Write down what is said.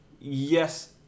yes